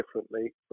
differently